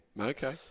Okay